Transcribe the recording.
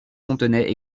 fontenay